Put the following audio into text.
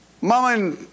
Mama